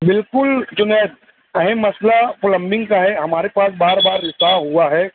بالکل جنید کہیں مسئلہ پلمبنگ کا ہے ہمارے پاس بار بار رساؤ ہوا ہے